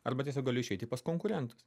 arba tiesiog galiu išeiti pas konkurentus